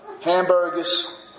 Hamburgers